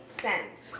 cents